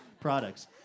products